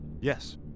Yes